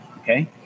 okay